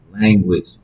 language